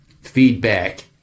feedback